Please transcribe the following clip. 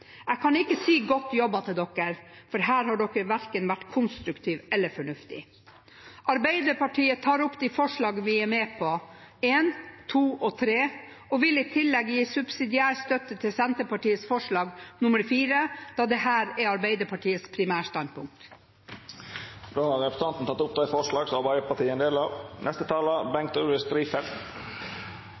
Jeg kan ikke si «godt jobbet» til dere, for her har dere verken vært konstruktive eller fornuftige. Arbeiderpartiet tar opp de forslag vi er med på, nr. 1, 2 og 3, og vil i tillegg gi subsidiær støtte til Senterpartiets forslag, nr.4, da dette er Arbeiderpartiets primærstandpunkt. Representanten Ingalill Olsen har teke opp dei forslaga ho refererte til. Vi behandler i dag to representantforslag som